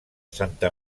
santa